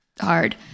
hard